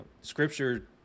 Scripture